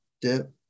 dip